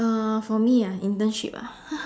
uh for me ah internship ah